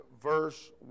verse